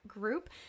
group